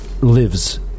lives